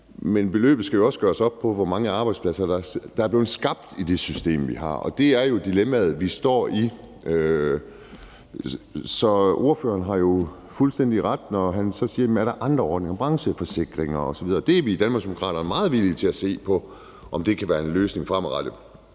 men beløbet skal jo også gøres op på, hvor mange arbejdspladser der er blevet skabt i det system, vi har, og det er jo det dilemma, vi står i. Så ordføreren har jo fuldstændig ret, når han så spørger, om der er andre ordninger, f.eks. brancheforsikringer osv., og vi er i Danmarksdemokraterne meget villige til at se på, om det kan være en løsning fremadrettet,